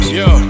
yo